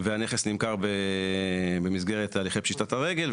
והנכס נמכר במסגרת הליכי פשיטת הרגל,